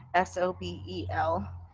s o b e l.